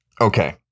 okay